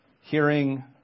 hearing